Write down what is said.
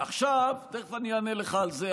תכף אני אענה לך על זה.